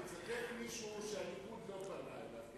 תצטט מישהו שהליכוד לא פנה אליו,